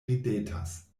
ridetas